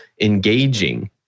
engaging